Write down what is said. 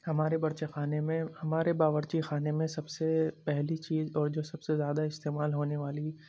ہمارے بارچی خانے میں ہمارے باورچی خانے میں سب سے پہلی چیز اور جو سب سے زیادہ استعمال ہونے والی